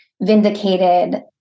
vindicated